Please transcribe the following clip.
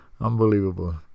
unbelievable